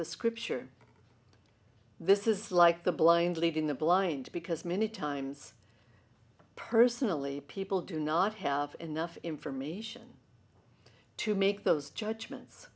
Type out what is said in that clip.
the scripture this is like the blind leading the blind because many times personally people do not have enough information to make those judgments